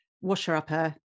washer-upper